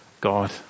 God